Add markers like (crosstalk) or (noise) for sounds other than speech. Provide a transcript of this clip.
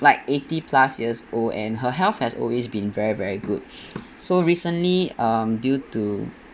like eighty plus years old and her health has always been very very good (breath) so recently um due to